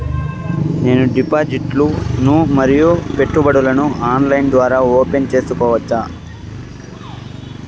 నేను డిపాజిట్లు ను మరియు పెట్టుబడులను ఆన్లైన్ ద్వారా ఓపెన్ సేసుకోవచ్చా?